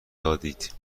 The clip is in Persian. دادید